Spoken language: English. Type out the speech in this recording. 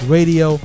Radio